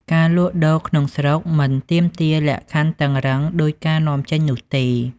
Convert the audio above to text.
ការលក់ដូរក្នុងស្រុកមិនទាមទារលក្ខខណ្ឌតឹងរ៉ឹងដូចការនាំចេញនោះទេ។